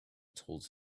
told